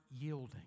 yielding